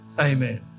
Amen